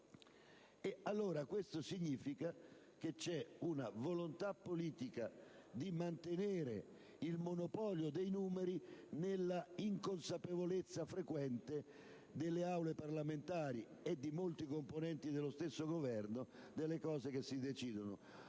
- ciò significa che c'è una volontà politica di mantenere il monopolio dei numeri nella inconsapevolezza frequente delle Aule parlamentari e di molti componenti dello stesso Governo rispetto alla politiche che si decidono.